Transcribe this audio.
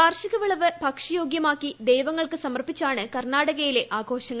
കാർഷിക വിളവ് ഭക്ഷ്യയോഗ്യമാക്കി ദൈവങ്ങൾക്ക് സമർപ്പിച്ചാണ് കർണാടകയിലെ ആഘോഷങ്ങൾ